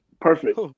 Perfect